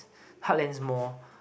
heartlands mall